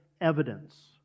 evidence